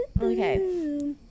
okay